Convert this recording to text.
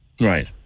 Right